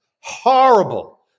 horrible